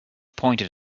pointed